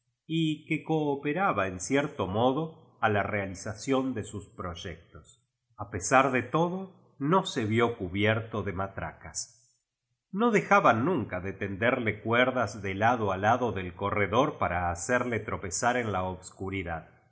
y que con peroraba en cierto modo a la realización de sus proyectos a pesar de todo no se vió a cubierto de matracas no dejaban nunca de tenderle cuerdas de lado a lado del corredor para hacerle tropea zar en la obscuridad